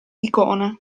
icona